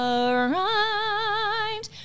arrived